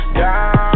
down